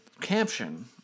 caption